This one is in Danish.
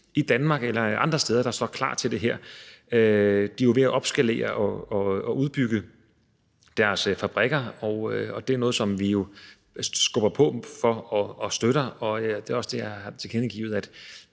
i Danmark eller andre steder, der står klar til det her. De er jo ved at opskalere og udbygge deres fabrikker, og det er noget, som vi jo skubber på for og støtter. Det er også det, jeg har tilkendegivet: